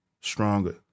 stronger